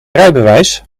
rijbewijs